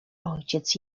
ojciec